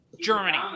Germany